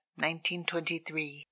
1923